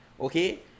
okay